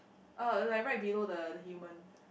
uh like right below the human